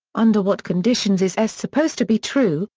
under what conditions is s supposed to be true,